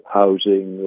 housing